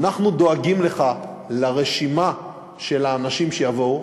אנחנו דואגים לך לרשימה של האנשים שיבואו.